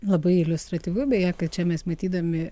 labai iliustratyvu beje kad čia mes matydami